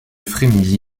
frémilly